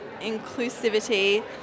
inclusivity